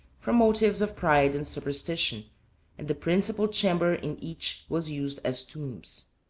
from motives of pride and superstition and the principal chamber in each was used as tombs.